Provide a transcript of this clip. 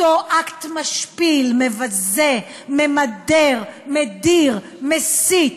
אותו אקט משפיל, מבזה, ממדר, מדיר, מסית,